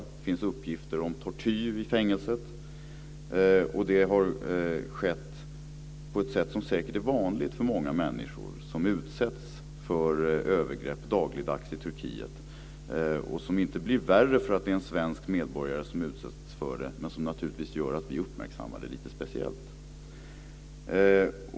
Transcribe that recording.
Det finns uppgifter om tortyr i fängelset. Det har skett på ett sätt som säkert är vanligt för många människor som dagligdags utsätts för övergrepp i Turkiet. Det blir inte värre för att det är en svensk medborgare som utsätts för det, men det gör naturligtvis att vi uppmärksammar det lite speciellt.